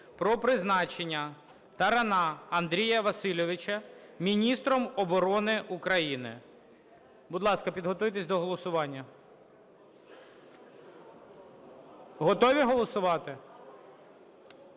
про призначення Тарана Андрія Васильовича міністром оборони України.